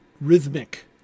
rhythmic